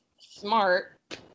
smart